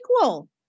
equal